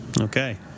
Okay